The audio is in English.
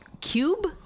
cube